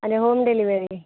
ಅದೇ home delivery